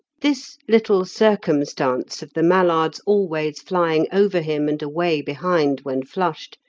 this little circumstance of the mallards always flying over him and away behind, when flushed,